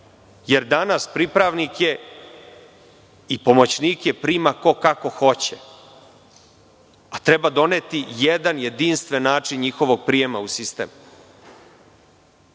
jer danas pripravnike i pomoćnike prima ko kako hoće. Treba doneti jedan jedinstven način njihovog prijema u sistem,